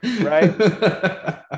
right